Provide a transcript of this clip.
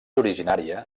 originària